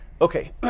Okay